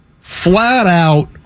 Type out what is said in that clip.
flat-out